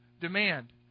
demand